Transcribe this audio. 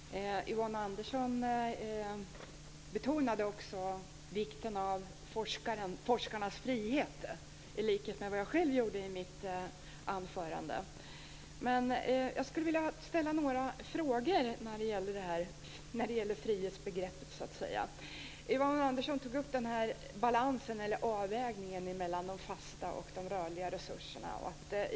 Fru talman! Yvonne Andersson betonade vikten av forskarnas frihet i likhet med vad jag själv gjorde i mitt anförande. Jag skulle vilja ställa några frågor när det gäller frihetsbegreppet. Yvonne Andersson tog upp balansen, eller avvägningen, mellan de fasta och de rörliga resurserna.